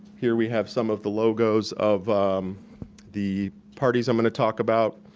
here we have some of the logos of the parties i'm gonna talk about,